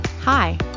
Hi